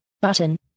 button